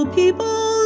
people